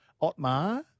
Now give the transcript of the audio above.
Otmar